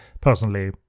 personally